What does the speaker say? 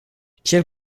cel